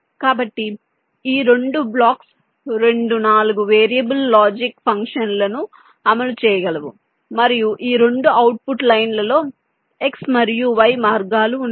కాబట్టి ఈ రెండు బ్లాక్స్ రెండు 4 వేరియబుల్ లాజిక్ ఫంక్షన్లను అమలు చేయగలవు మరియు ఈ 2 అవుట్పుట్ లైన్లలో x మరియు y మార్గాలు ఉన్నాయి